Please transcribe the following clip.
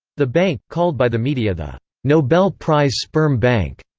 the bank, called by the media the nobel prize sperm bank,